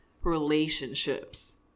relationships